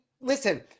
listen